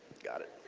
got it.